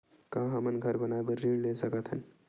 का हमन घर बनाए बार ऋण ले सकत हन?